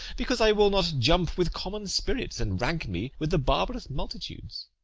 because i will not jump with common spirits and rank me with the barbarous multitudes.